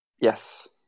Yes